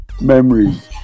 memories